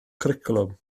cwricwlwm